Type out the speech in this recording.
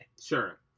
Sure